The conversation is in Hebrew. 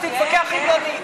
תתווכח עניינית.